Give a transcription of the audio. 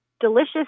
Delicious